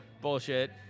bullshit